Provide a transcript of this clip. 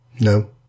No